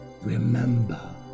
Remember